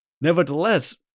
Nevertheless